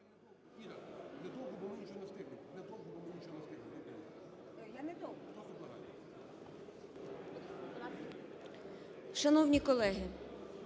Шановні колеги!